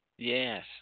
Yes